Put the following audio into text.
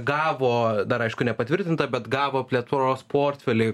gavo dar aišku nepatvirtinta bet gavo plėtros portfelį